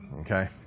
Okay